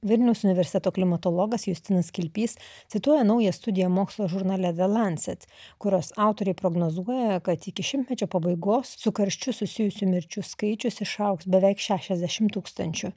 vilniaus universiteto klimatologas justinas kilpys cituoja naują studiją mokslo žurnale the lancet kurios autoriai prognozuoja kad iki šimtmečio pabaigos su karščiu susijusių mirčių skaičius išaugs beveik šešiasdešimt tūkstančių